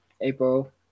april